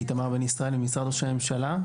איתמר בן-ישראל, משרד ראש הממשלה.